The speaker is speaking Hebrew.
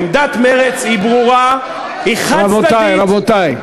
עמדת מרצ היא ברורה, היא חד-צדדית, רבותי.